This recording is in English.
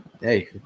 hey